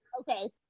Okay